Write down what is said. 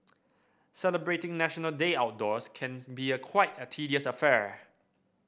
celebrating National Day outdoors can be quite a tedious affair